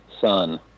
son